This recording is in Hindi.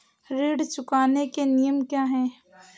ऋण चुकाने के नियम क्या हैं?